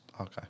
Okay